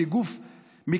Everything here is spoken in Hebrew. שהיא גוף מקצועי,